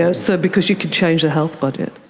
so so because you could change the health budget.